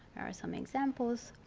are some examples.